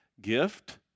gift